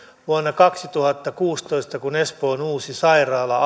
vuonna kaksituhattakuusitoista kun espoon uusi sairaala